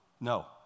No